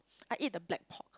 I eat the black pork